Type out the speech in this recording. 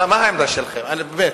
מה העמדה שלכם, א' או ב'?